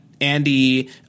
Andy